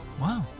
Wow